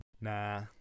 Nah